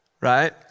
right